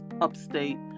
upstate